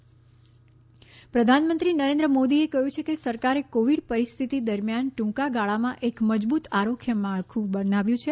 PM આરોગ્ય પ્રધાનમંત્રી નરેન્દ્ર મોદીએ કહ્યું કે સરકારે કોવિડ પરિસ્થિતિ દરમિયાન ટૂંકા ગાળામાં એક મજબૂત આરોગ્ય માળખું બનાવ્યું છે